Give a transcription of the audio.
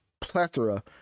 plethora